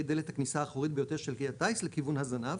דלת הכניסה האחורית ביותר של כלי הטיס לכיוון הזנב,